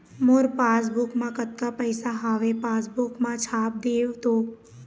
मोर passbook मा कतका पैसा हवे पासबुक मा छाप देव तो?